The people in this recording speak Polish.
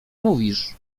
mówisz